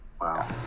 Wow